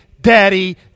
Daddy